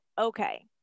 okay